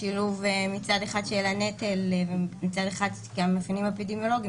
השילוב מצד אחד של הנטל ומצד שני המאפיינים האפידמיולוגיים